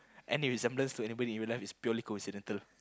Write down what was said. any resemble to anybody in real life is purely coincidental